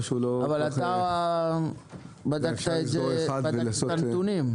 בדקת את הנתונים?